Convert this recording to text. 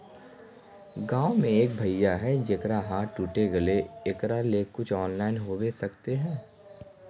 गाँव में एक भैया है जेकरा हाथ टूट गले एकरा ले कुछ ऑनलाइन होबे सकते है?